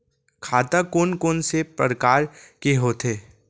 खाता कोन कोन से परकार के होथे?